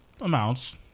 Amounts